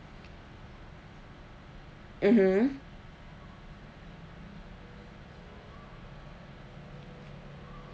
mmhmm